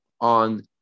on